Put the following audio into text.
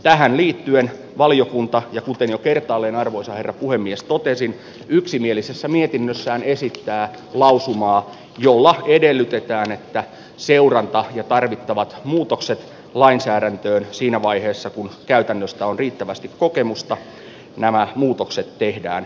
tähän liittyen valiokunta ja kuten jo kertaalleen arvoisa herra puhemies totesin yksimielisessä mietinnössään esittää lausumaa jolla edellytetään seurantaa ja että tarvittavat muutokset lainsäädäntöön siinä vaiheessa kun käytännöstä on riittävästi kokemusta tehdään